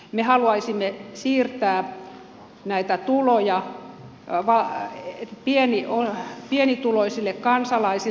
me haluaisimme siirtää näitä tuloja pienituloisille kansalaisille